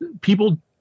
people